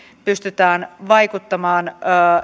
pystytään vaikuttamaan